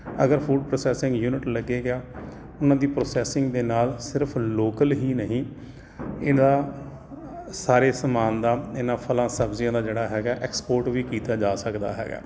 ਅਗਰ food processing unit ਲੱਗੇਗਾ ਉਹਨਾਂ ਦੀ ਪ੍ਰੋਸੈਸਿੰਗ ਦੇ ਨਾਲ ਸਿਰਫ਼ ਲੋਕਲ ਹੀ ਨਹੀਂ ਇਹਦਾ ਸਾਰੇ ਸਮਾਨ ਦਾ ਇਹਨਾਂ ਫਲਾਂ ਸਬਜ਼ੀਆਂ ਦਾ ਜਿਹੜਾ ਹੈਗਾ ਐਕਸਪੋਰਟ ਵੀ ਕੀਤਾ ਜਾ ਸਕਦਾ ਹੈਗਾ